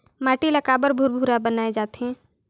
माटी ला काबर भुरभुरा बनाय जाथे?